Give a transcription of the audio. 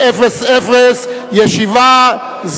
לשנים 2011 ו-2012 עברה בקריאה ראשונה,